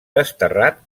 desterrat